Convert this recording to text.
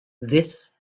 this